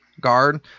guard